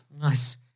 Nice